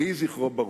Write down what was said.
יהי זכרו ברוך.